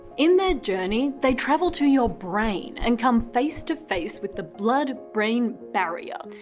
in their journey, they travel to your brain and come face to face with the blood brain barrier.